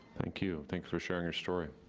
thank you, thanks for sharing your story.